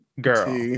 girl